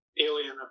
alien